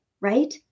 right